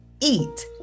eat